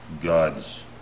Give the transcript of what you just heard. God's